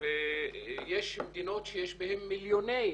ויש מדינות שיש בהם מיליוני